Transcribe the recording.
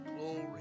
glory